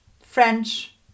French